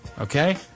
okay